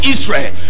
Israel